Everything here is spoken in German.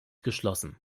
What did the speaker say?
geschlossen